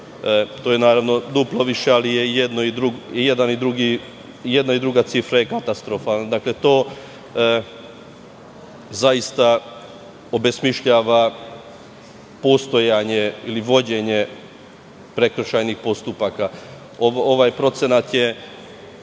što je duplo više, ali i jedna i druga cifra je katastrofalna. Dakle, to zaista obesmišljava postojanje ili vođenje prekršajnih postupaka. Ovaj procenat je